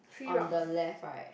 on the left right